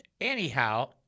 Anyhow